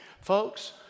Folks